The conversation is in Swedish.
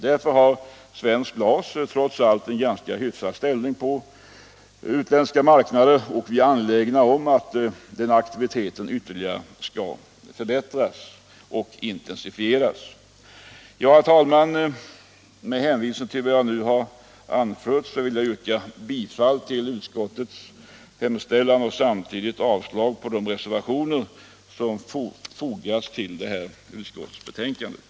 Därför har svenskt glas trots små resurser en ganska bra ställning på utländska marknader. Vi är nu angelägna om att den exportaktiviteten ytterligare skall förbättras och intensifieras. Herr talman! Med hänvisning till vad jag nu har anfört ber jag att få yrka bifall till utskottets hemställan, vilket innebär avslag på de reservationer som har fogats till betänkandet.